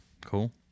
Cool